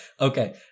okay